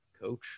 coach